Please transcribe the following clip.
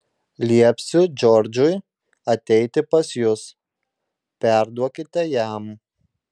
liepsiu džordžui ateiti pas jus perduokite jam